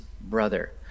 brother